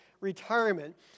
retirement